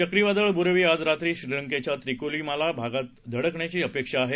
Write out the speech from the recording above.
चक्रीवादळ बु्रेवी आज रात्री श्रीलंकेच्या त्रीकोमाली भागाला धडकण्याची अपेक्षा आहे